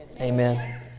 Amen